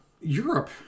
Europe